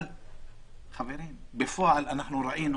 אבל, חברים, בפועל ראינו,